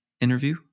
interview